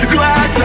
Glass